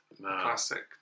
classic